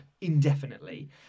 indefinitely